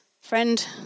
friend